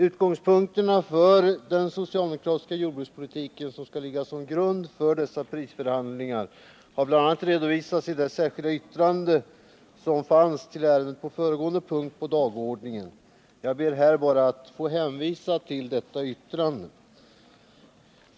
Utgångspunkterna för den socialdemokratiska jordbrukspolitik som skall ligga till grund för dessa prisförhandlingar har bl.a. redovisats i det särskilda yttrande som fanns till föregående punkt på dagordningen. Jag ber här att bara få hänvisa till detta yttrande.